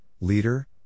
leader